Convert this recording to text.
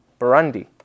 Burundi